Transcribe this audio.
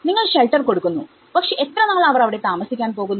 നിങ്ങൾ ഷെൽട്ടർ കൊടുക്കുന്നു പക്ഷേ എത്രനാൾ അവർ അവിടെ താമസിക്കാൻ പോകുന്നു